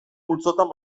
multzotan